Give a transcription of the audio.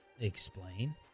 Explain